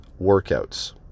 workouts